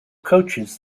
coaches